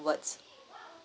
onwards